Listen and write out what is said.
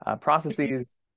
processes